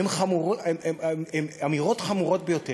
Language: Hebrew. הן אמירות חמורות ביותר.